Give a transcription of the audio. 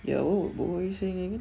ya oh boy singing